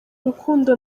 rukundo